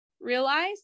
realize